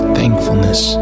thankfulness